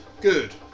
Good